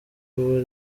kuba